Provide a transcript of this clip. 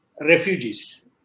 refugees